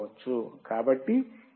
కాబట్టి ఇవి ఫిల్టర్లోని ప్రాంతాలు